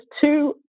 two